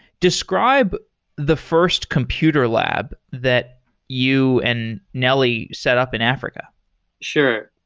describe the first computer lab that you and nelly set up in africa sure.